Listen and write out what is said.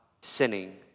sinning